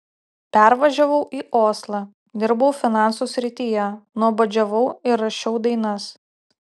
pervažiavau į oslą dirbau finansų srityje nuobodžiavau ir rašiau dainas